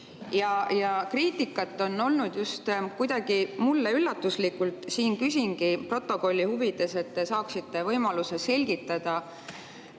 Ja kriitikat on olnud just kuidagi mulle üllatuslikult. Siin ma küsingi protokolli huvides, et te saaksite võimaluse selgitada,